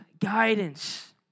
guidance